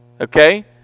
okay